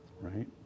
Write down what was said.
right